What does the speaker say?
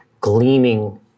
gleaming